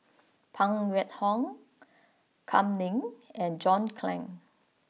Phan Wait Hong Kam Ning and John Clang